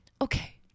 Okay